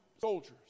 soldiers